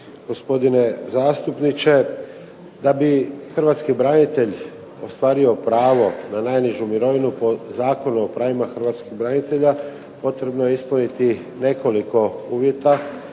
gospodine zastupniče. Da bi hrvatski branitelj ostvario pravo na najnižu mirovinu po Zakonu o pravima hrvatskih branitelja potrebno je ispuniti nekoliko uvjeta.